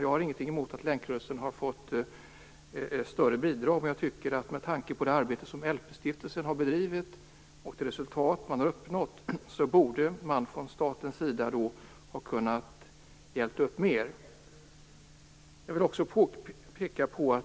Jag har ingenting emot att länkrörelsen har fått större bidrag, men med tanke på det arbete som LP-stiftelsen har bedrivit och det resultat som har uppnåtts borde man från staten ha kunnat ställa upp mer.